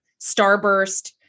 starburst